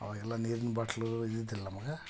ಅವಾಗೆಲ್ಲ ನೀರಿನ ಬಾಟ್ಲೂ ಇದ್ದಿದ್ದಿಲ್ಲ ನಮಗೆ